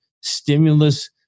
stimulus